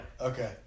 Okay